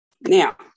Now